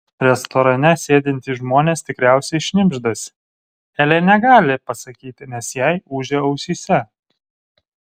restorane sėdintys žmonės tikriausiai šnibždasi elė negali pasakyti nes jai ūžia ausyse